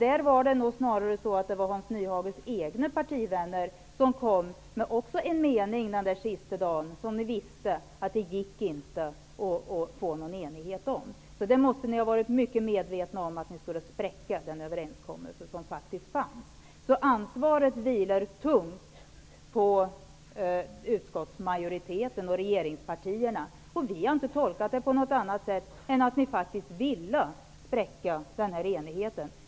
Där var det snarare Hans Nyhages egna partivänner som kom med en mening -- också det sista dagen -- om vilken ni visste att det inte gick att få någon enighet. Ni måste ha varit mycket medvetna om att ni skulle spräcka den överenskommelse som faktiskt fanns. Ansvaret vilar alltså tungt på utskottsmajoriteten och regeringspartierna. Vi har inte tolkat det på något annat sätt än att ni faktiskt ville spräcka enigheten.